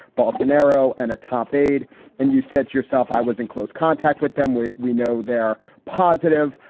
ball scenario and a top aide and you said yourself, i was in close contact with them. we we know they're positive.